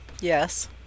Yes